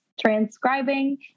transcribing